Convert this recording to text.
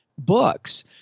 books